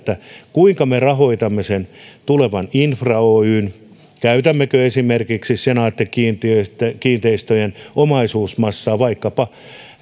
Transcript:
kuinka me rahoitamme sen tulevan infra oyn käytämmekö esimerkiksi vaikkapa senaatti kiinteistöjen kiinteistöjen omaisuusmassaa